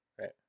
Right